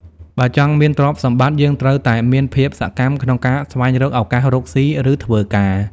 បើចង់មានទ្រព្យសម្បត្តិ យើងត្រូវតែមានភាពសកម្មក្នុងការស្វែងរកឱកាសរកស៊ី ឬធ្វើការ។